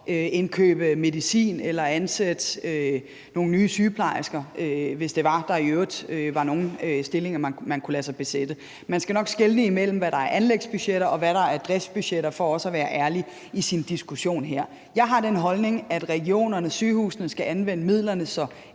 indkøbe medicin eller ansætte nogle nye sygeplejersker, hvis der i øvrigt var nogen til at besætte de stillinger. Man skal nok skelne imellem, hvad der er anlægsbudgetter, og hvad der er driftsbudgetter, for også at være ærlig i sin diskussion her. Jeg har den holdning, at regionerne og sygehusene skal anvende midlerne så